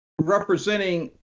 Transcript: representing